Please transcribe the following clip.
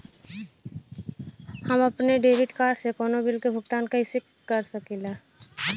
हम अपने debit card से कउनो बिल के भुगतान कइसे कर सकीला?